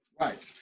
right